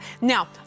now